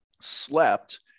slept